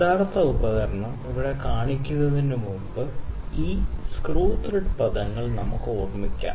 യഥാർത്ഥ ഉപകരണം ഇവിടെ കാണിക്കുന്നതിന് മുമ്പ് ഈ സ്ക്രൂ ത്രെഡ് പദങ്ങൾ നമുക്ക് ഓർമ്മിക്കാം